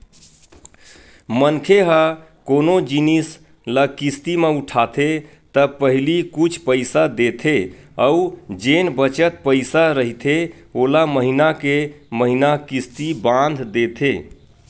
मनखे ह कोनो जिनिस ल किस्ती म उठाथे त पहिली कुछ पइसा देथे अउ जेन बचत पइसा रहिथे ओला महिना के महिना किस्ती बांध देथे